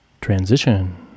transition